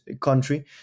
country